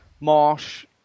Marsh